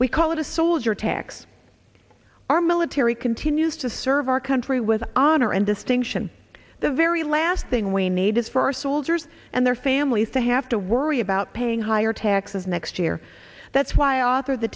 we call it a soldier tax our military continues to serve our country with honor and distinction the very last thing we need is for our soldiers and their families to have to worry about paying higher taxes next year that's why a